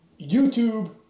YouTube